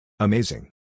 Amazing